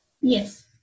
Yes